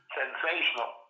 sensational